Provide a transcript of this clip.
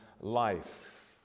life